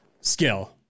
skill